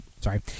Sorry